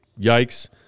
yikes